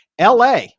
LA